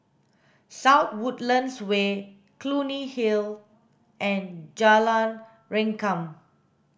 South Woodlands Way Clunny Hill and Jalan Rengkam